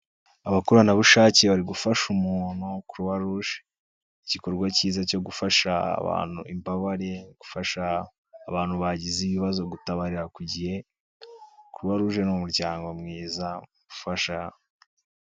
Abakoranabushake bari gufasha umuntu Croix-rouge, igikorwa cyiza cyo gufasha abantu, imbabare gufasha abantu bagize ibibazo gutabarira ku gihe Croix rouge ni umuryango mwiza ufasha.